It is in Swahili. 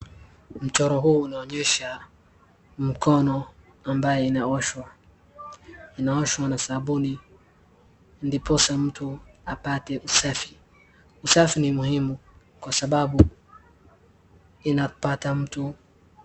Mchoro huu inaonyesha mkono ambayo inaoshwa, inaoshwa na sabuni ndiposa mtu apate usafi, usafi ni muhimu kwa sababu inapata mtu...